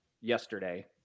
yesterday